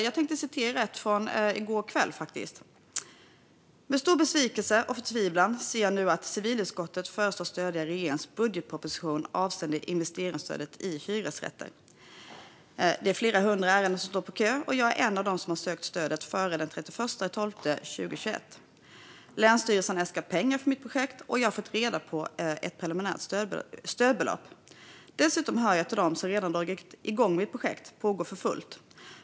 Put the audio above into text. Jag tänkte citera ett mejl från i går kväll: "Med stor besvikelse och förtvivlan ser jag nu att civilutskottet föreslås stödja regeringens budgetproposition avseende investeringsstödet i hyresrätter. Det är flera hundra ärenden som står på kö, och jag är en av dem som har sökt stödet före den 31/12 2021. Länsstyrelsen har äskat pengar för mitt projekt, och jag har fått reda på ett preliminärt stödbelopp. Dessutom hör jag till dem som redan dragit igång. Mitt projekt pågår för fullt.